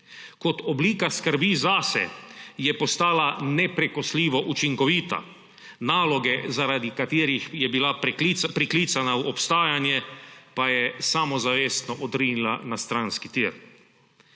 Kot oblika skrbi zase je postala neprekosljivo učinkovita, naloge, zaradi katerih je bila priklicana v obstajanje, pa je samozavestno odrinila na stranski tir.